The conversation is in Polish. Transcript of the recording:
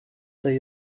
tej